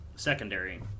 secondary